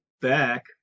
back